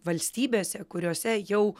valstybėse kuriose jau